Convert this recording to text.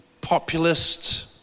populist